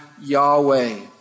Yahweh